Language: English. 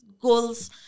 goals